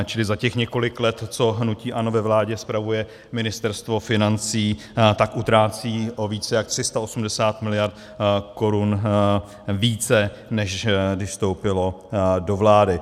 Čili za těch několik let, co hnutí ANO ve vládě spravuje Ministerstvo financí, tak utrácí o více jak 380 mld. korun více, než když vstoupilo do vlády.